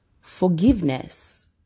Forgiveness